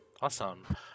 Awesome